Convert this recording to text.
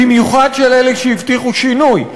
במיוחד של אלה שהבטיחו שינוי.